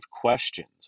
questions